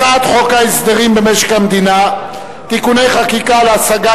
הצעת חוק ההסדרים במשק המדינה (תיקוני חקיקה להשגת